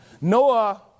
Noah